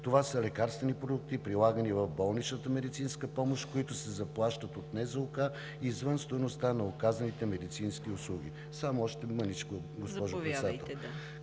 Това са лекарствени продукти, прилагани в болничната медицинска помощ, които се заплащат от НЗОК извън стойността на оказаните медицински услуги. (Председателят